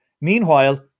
Meanwhile